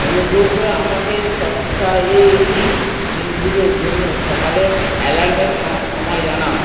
অনুগ্রহ করে আমাকে সপ্তাহেরির দিনগুলোর জন্য সকালে অ্যালার্মের সময় জানাও